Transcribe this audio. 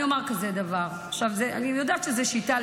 עכשיו אני אומר כזה דבר: אני יודעת שזו שיטה,